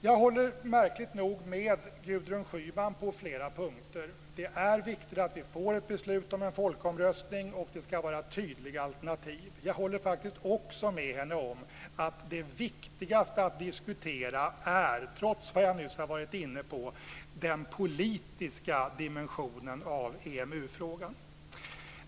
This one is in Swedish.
Jag håller märkligt nog med Gudrun Schyman på flera punkter. Det är viktigt att vi får ett beslut om en folkomröstning, och det ska vara tydliga alternativ. Jag håller faktiskt också med henne om att det viktigaste att diskutera, trots vad jag nyss har varit inne på, är den politiska dimensionen av EMU-frågan.